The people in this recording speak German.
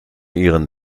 ihren